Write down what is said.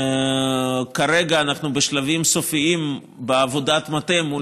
כרגע אנחנו בשלבים סופיים בעבודת מטה מול